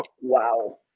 wow